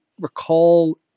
recall